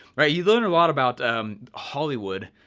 right, you learn a lot about hollywood.